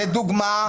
לדוגמה,